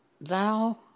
Thou